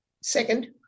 Second